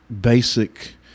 basic